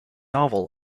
novel